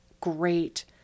great